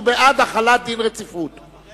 הוא בעד החלת דין רציפות,